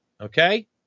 Okay